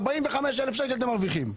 45,000 שקלים אתם מרוויחים.